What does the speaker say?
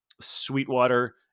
Sweetwater